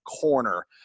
corner